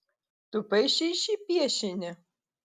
tu paišei šį piešinį